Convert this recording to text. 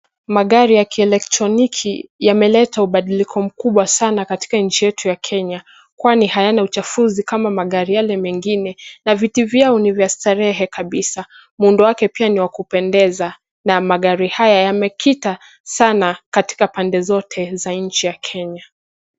Magari ya kielektroniki yameleta mapinduzi makubwa nchini Kenya. Hayachafunzi kama magari mengine, na ni rafiki wa mazingira. Vilevile, muonekano wake ni mzuri na magari haya yamepokelewa sana katika miji mbalimbali ya Kenya